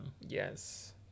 yes